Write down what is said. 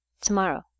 tomorrow